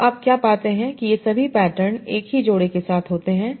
तो आप क्या पाते हैं कि ये सभी पैटर्न एक ही जोड़े के साथ होते हैं